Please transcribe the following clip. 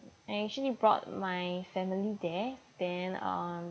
I actually brought my family there then um